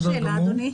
רק שאלה, אדוני.